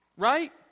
Right